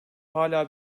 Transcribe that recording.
hala